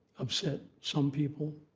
upset some people,